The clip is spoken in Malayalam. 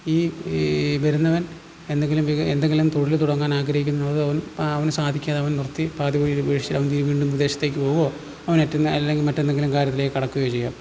ഈ വരുന്നവൻ എന്തെങ്കിലും എന്തെങ്കിലും തൊഴിൽ തുടങ്ങാൻ ആഗ്രഹിക്കുന്നത് അത് അവൻ അവന് സാധിക്കാതെ അവൻ നിർത്തി പാതി വഴിയിൽ ഉപേക്ഷിച്ച് അവൻ ഇതിൽ വീണ്ടും വിദേശത്തക്ക് പോകുവോ അവന് പറ്റുന്ന അല്ലെങ്കിൽ മറ്റെന്തെങ്കിലും കാര്യത്തിലേക്ക് കടക്കുകയോ ചെയ്യാം